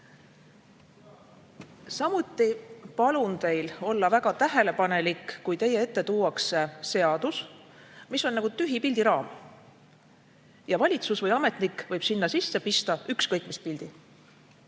Samuti palun teil olla väga tähelepanelik, kui teie ette tuuakse seadus, mis on nagu tühi pildiraam, millesse valitsus või ametnik võib sisse pista ükskõik mis pildi.